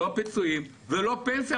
אז לא מגיע לו פיצויים וגם לא פנסיה,